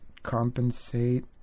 compensate